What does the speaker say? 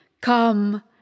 Come